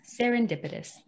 Serendipitous